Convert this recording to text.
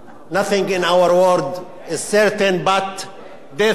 "Nothing in our world is certain but death and